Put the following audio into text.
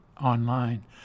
online